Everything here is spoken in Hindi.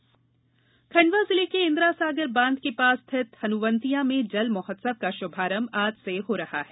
जल महोत्सव खंडवा जिले के इंदिरा सागर बांध के पास स्थित हनुवंतिया में जल महोत्सव का शुभारंभ आज से हो रहा है